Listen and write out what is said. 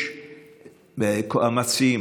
המציעים,